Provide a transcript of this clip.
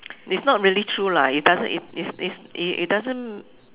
it's not really true lah it doesn't it's it's it doesn't